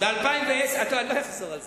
לא אחזור על זה,